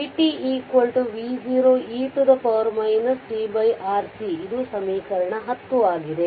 vt V0 e tRC ಇದು ಸಮೀಕರಣ 10 ಆಗಿದೆ